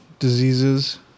diseases